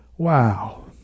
Wow